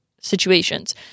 situations